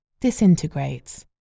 disintegrates